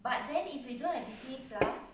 but then if you don't have to